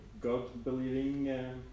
God-believing